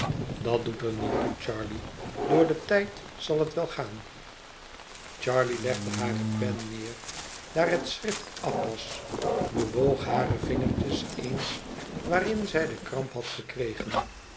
dat doet er niet toe charley door den tijd zal het wel gaan charley legde hare pen neer daar het schrift af was bewoog hare vingertjes eens waarin zij de kramp had gekregen